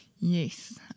Yes